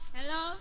Hello